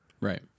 right